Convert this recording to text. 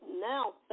now